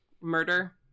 murder